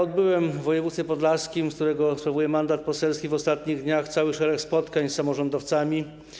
Odbyłem w województwie podlaskim, z którego sprawuję mandat poselski, w ostatnich dniach cały szereg spotkań z samorządowcami.